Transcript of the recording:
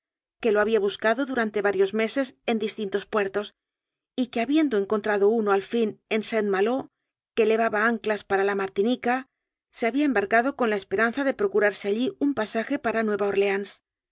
que lo había bus cado durante varios meses en distintos puertos y que habiendo encontrado uno al fin en saint malo que levaba anclas para la martinica se ha bía embarcado con la esperanza de procurarse allí un pasaje para nueva orleáns